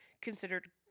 considered